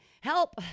Help